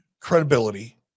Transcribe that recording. credibility